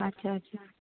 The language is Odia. ଆଚ୍ଛା ଆଚ୍ଛା